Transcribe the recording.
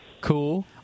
cool